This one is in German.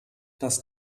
das